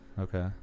Okay